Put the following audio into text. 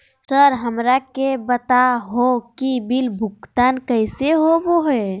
Sir हमरा के बता हो कि बिल भुगतान कैसे होबो है?